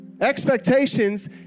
Expectations